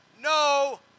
no